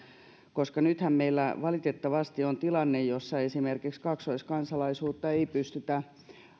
koska nythän meillä valitettavasti on tilanne jossa esimerkiksi terroristimatkailijoilta jotka ovat kaksoiskansalaisia ei pystytä